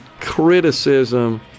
criticism